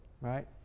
right